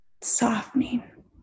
softening